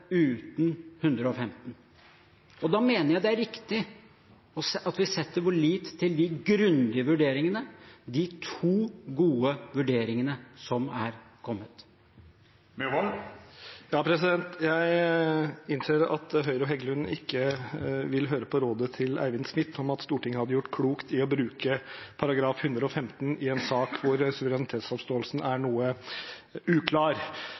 uten § 115. Da mener jeg at det er riktig at vi setter vår lit til de grundige vurderingene, de to gode vurderingene som er kommet. Jeg innser at Høyre og Heggelund ikke vil høre på rådet fra Eivind Smith om at Stortinget hadde gjort klokt i å bruke § 115 i en sak der suverenitetsavståelsen er noe uklar.